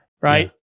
right